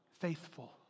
faithful